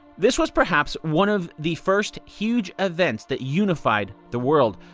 this was perhaps one of the first huge events that unified the world.